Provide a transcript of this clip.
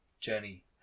journey